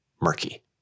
murky